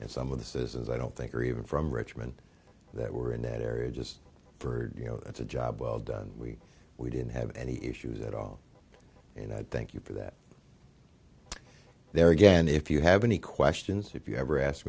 and some of the citizens i don't think are even from richmond that were in that area just for you know that's a job well done we we didn't have any issues at all and i thank you for that there again if you have any questions if you ever asked